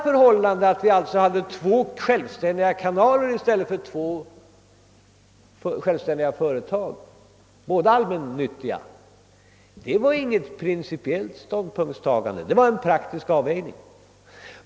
Detta att vi skulle ha två självständiga kanaler i stället för två självständiga företag — båda allmännyttiga — var alltså inget principiellt ståndpunktstagande, utan det var en praktisk avvägning.